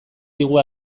digu